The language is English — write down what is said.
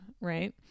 right